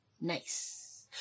Nice